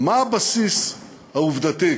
מה הבסיס העובדתי?